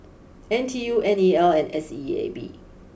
N T U N E L and S E A B